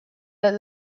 that